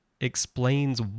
explains